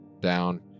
down